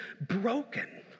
broken